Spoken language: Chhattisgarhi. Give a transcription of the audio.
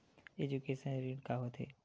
एजुकेशन ऋण का होथे?